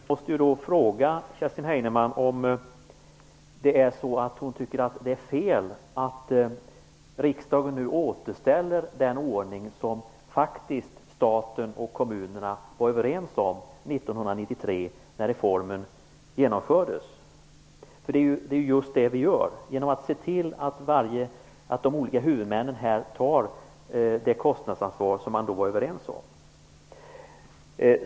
Fru talman! Jag måste fråga Kerstin Heinemann om hon tycker att det är fel att riksdagen nu återställer den ordning som staten och kommunerna var överens om 1993 när reformen genomfördes. Det ju just det vi gör genom att se till att de olika huvudmännen tar det kostnadsansvar man då var överens om.